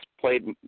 played